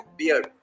beard